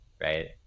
right